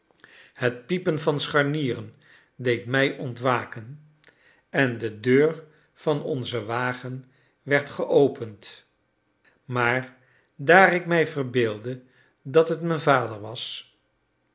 het piepen van scharnieren deed mij ontwaken en de deur van onzen wagen werd geopend maar daar ik mij verbeeldde dat het mijn vader was